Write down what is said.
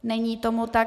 Není tomu tak.